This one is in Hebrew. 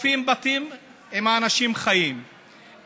לפעמים אנחנו פוגשים אנשים שהם יודעים מתי